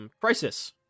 Crisis